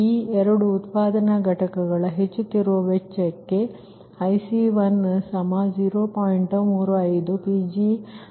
ಈ ಎರಡು ಉತ್ಪಾದನಾ ಘಟಕಗಳ ಹೆಚ್ಚುತ್ತಿರುವ ವೆಚ್ಚಕ್ಕೆ IC10